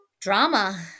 drama